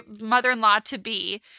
mother-in-law-to-be